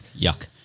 Yuck